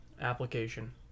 application